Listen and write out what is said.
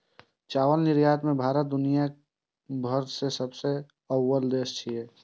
चावल निर्यात मे भारत दुनिया भरि मे सबसं अव्वल देश छियै